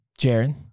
Jaron